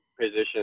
position